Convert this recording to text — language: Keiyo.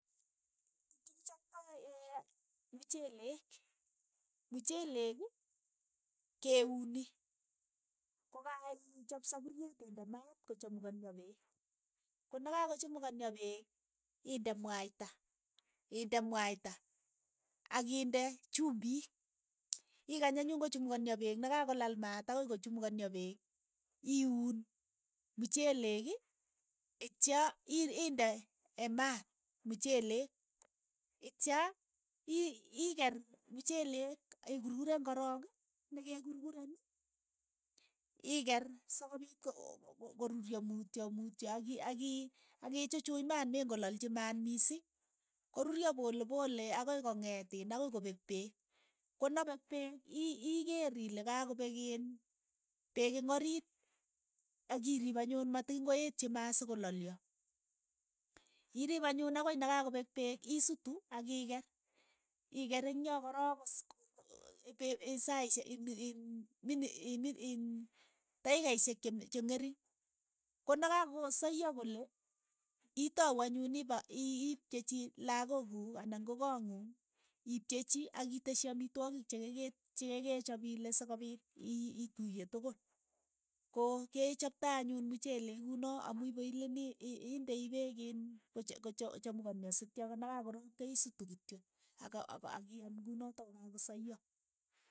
Tuk chikichoptoi mchelek, mchelek ke uni, ko kaichap sapuriet inde maat kochamukania peek, konakakochimukanio peek, inde mwaita. inde mwaita, akinde chumbiik. ikany anyun kochamukonio peek nakakolaal maat akoi kochamukonio peek. iuun mcheleki itcha i- iinde maat mchelek itcha i- ikeer mchelek ikurkureen korook nekekurkuren, ikeer soko piit ko- ko- ko ruryo mutyo mutyo aki- aki aki chuchuuch maat me kany kolalchi maat misiing, koruryo polepole akoi kong'et iin, akoi kopek peek, ko napek peek ii- iikeer ile kakopek iin peek ing' oriit ak iriip anyun matiny koetchi maat so kolalyo, iriip anyun akoi nakakopek peek isutu ak ikeer, ikeer ing' yo korook kosi ko- ko taikaishek che- che ng'ering, konakakosayo kole itau anyun ipa- ii- ipchechi lakook kuuk ana ko koong'ung, ipchechi akiteshi amitwogik chekeke chekekechop ile sokopiit ii- ituye tokol, ko kechoptoy anyun mchelek kunoo amu ipoileni ii- indei peek iin kocha cha- chamukonio sitya nekakorook keisutu kityo ak akiyaam kunotok kokakosayo.